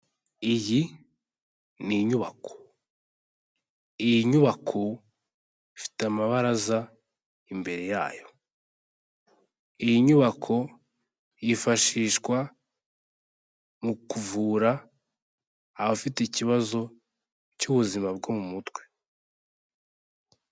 Iyi ni inyubako. Iyi nyubako ifite amabaraza imbere yayo. Iyi nyubako yifashishwa mu kuvura abafite ikibazo cy'ubuzima bwo mu mutwe.